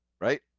Right